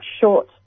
short